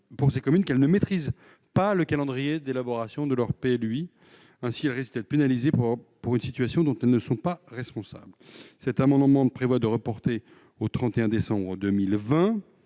pour ces communes qu'elles ne maîtrisent pas le calendrier d'élaboration du PLUI. Ainsi, elles risquent d'être pénalisées pour une situation dont elles ne sont pas responsables. Cet amendement vise à reporter au 31 décembre 2020